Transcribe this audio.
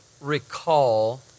recall